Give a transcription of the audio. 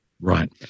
Right